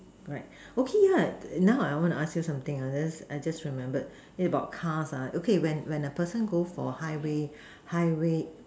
right okay ah now I would ask you something I I just remember is about car lah okay when the person go for the high way high way